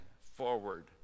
forward